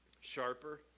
Sharper